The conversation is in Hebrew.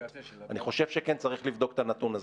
אני חושב שצריך לבדוק את הנתון הזה.